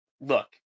look